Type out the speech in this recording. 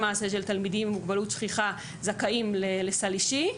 תלמידים עם מוגבלות שכיחה זכאים לסל אישי.